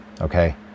okay